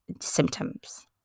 symptoms